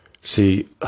See